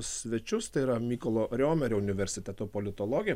svečius tai yra mykolo romerio universiteto politologė